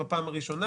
בפעם הראשונה